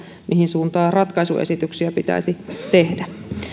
mihin suuntaan ratkaisuesityksiä pitäisi tehdä